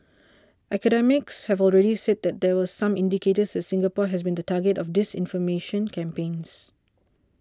academics have already said that there were some indicators that Singapore has been the target of disinformation campaigns